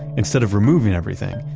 instead of removing everything,